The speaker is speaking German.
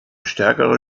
stärkere